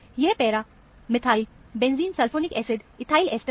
यह para methylbenzenesulfonic acid ethyl ester है